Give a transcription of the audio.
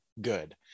good